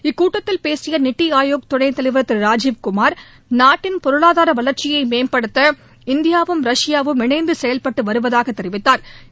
இக்கூட்டத்தில் பேசிய நித்தி ஆயோக் துணைத்தலைவர் திரு ராஜீவ் குமார் நாட்டின் பொருளாதார வளர்ச்சியை மேம்படுத்த இந்தியா ரஷ்யாவும் இணைந்து செயல்பட்டு வருவதாக தெரிவித்தாா்